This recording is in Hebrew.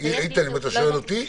אם אתה שואל אותי,